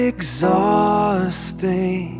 Exhausting